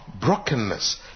brokenness